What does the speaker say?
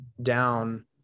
down